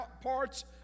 parts